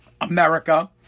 America